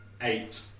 eight